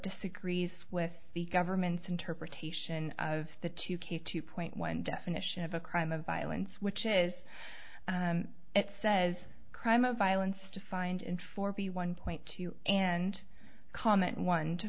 disagrees with the government's interpretation of the two case two point one definition of a crime of violence which is it says crime of violence to find in forty one point two and comment one to